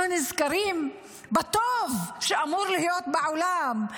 אנחנו נזכרים בטוב שאמור להיות בעולם,